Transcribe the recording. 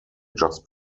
just